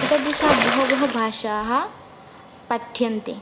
एतादृशाः बहवः भाषाः पाठ्यन्ते